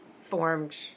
formed